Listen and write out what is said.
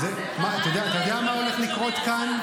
אתה יודע מה הולך לקרות כאן?